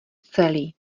celý